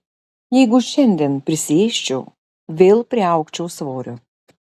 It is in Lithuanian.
jeigu šiandien prisiėsčiau vėl priaugčiau svorio